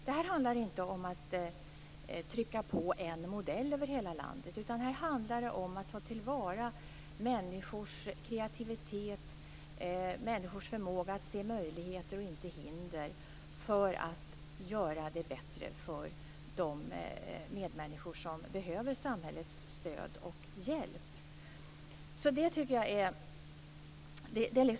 Detta handlar inte om att trycka på en modell över hela landet utan om att ta till vara människors kreativitet och människors förmåga att se möjligheter och inte hinder för att göra det bättre för de medmänniskor som behöver samhällets stöd och hjälp.